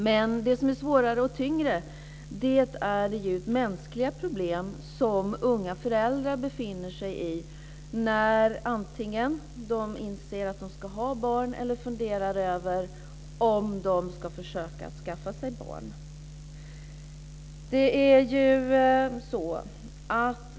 Men det som är svårare och tyngre är djupt mänskliga problem som unga föräldrar befinner sig i när de antingen inser att de ska ha barn eller funderar över om de ska försöka att skaffa sig barn.